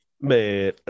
Man